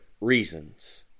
reasons